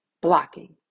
blocking